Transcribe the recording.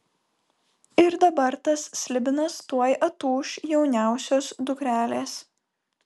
ir dabar tas slibinas tuoj atūš jauniausios dukrelės